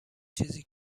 چیزی